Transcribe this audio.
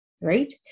right